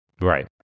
Right